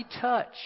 touch